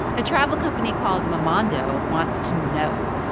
a travel company called momondo wants to know.